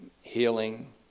healing